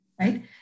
right